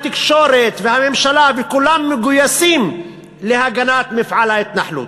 התקשורת והממשלה וכולם מגויסים להגנת מפעל ההתנחלות.